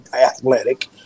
athletic